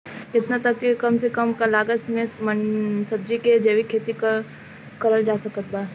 केतना तक के कम से कम लागत मे सब्जी के जैविक खेती करल जा सकत बा?